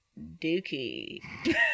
dookie